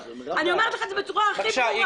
אני אומר את זה בצורה הכי ברורה.